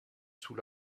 sous